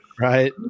Right